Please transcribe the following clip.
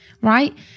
right